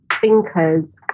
thinkers